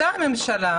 אתם הממשלה,